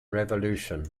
revolution